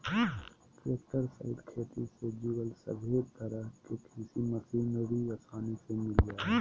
tractor सहित खेती से जुड़ल सभे तरह के कृषि मशीनरी आसानी से मिल जा हइ